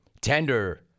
tender